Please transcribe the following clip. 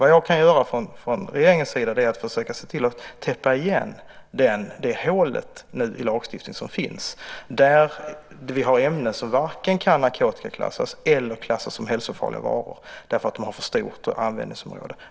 Vad jag kan göra från regeringens sida är att försöka se till att täppa igen det hål i lagstiftningen som nu finns. Vi har ämnen som varken kan narkotikaklassas eller klassas som hälsofarliga varor eftersom de har för stort användningsområde.